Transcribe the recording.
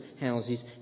houses